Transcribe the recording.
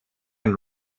and